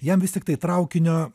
jam vis tiktai traukinio